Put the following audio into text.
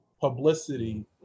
publicity